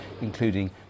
including